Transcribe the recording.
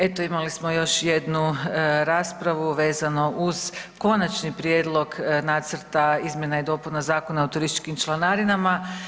Eto imali smo još jednu raspravu vezano uz Konačni prijedlog nacrta izmjena i dopuna Zakona o turističkim članarinama.